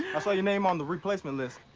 i saw your name on the replacement list.